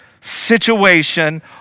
situation